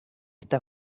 está